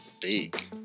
big